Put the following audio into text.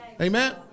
Amen